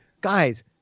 guys